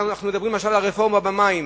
אנחנו מדברים עכשיו על הרפורמה במים,